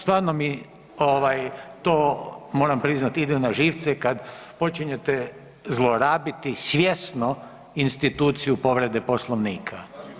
Stvarno mi to moram priznati ide na živce kada počinjete zlorabiti svjesno instituciju povrede Poslovnika.